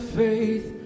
faith